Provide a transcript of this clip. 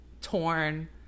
torn